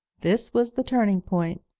this was the turning point.